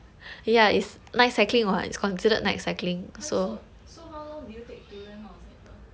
!huh! so so how long did you take to learn how to cycle